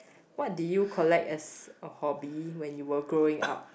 what did you collect as a hobby when you were growing up